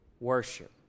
worship